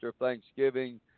Thanksgiving